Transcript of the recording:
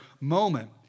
moment